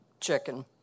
chicken